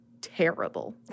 terrible